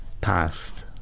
past